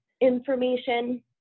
information